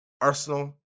Arsenal